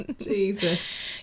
Jesus